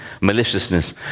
maliciousness